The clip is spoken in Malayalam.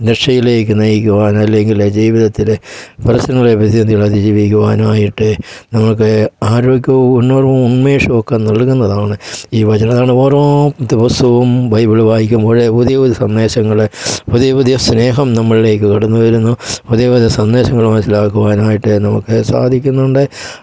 രക്ഷയിലേക്ക് നയിക്കുവാൻ അല്ലെങ്കിൽ ജീവിതത്തിൽ പ്രശ്നങ്ങളെ പ്രതിസന്ധികളെ അതിജീവിക്കുവാനുമായിട്ട് നമുക്ക് ആരോഗ്യവും ഉണർവും ഉൻമേഷവുമൊക്കെ നൽകുന്നതാണ് ഈ വചനങ്ങൾ ഓരോ ദിവസവും ബൈബിൾ വായിക്കുമ്പോൾ പുതിയ പുതിയ സന്ദേശങ്ങൾ പുതിയ പുതിയ സ്നേഹം നമ്മളിലേക്ക് കടന്നു വരുന്നു പുതിയ പുതിയ സന്ദൃശങ്ങൾ മനസ്സിലാക്കുവാനായിട്ട് നമുക്ക് സാധിക്കുന്നുണ്ട്